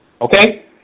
Okay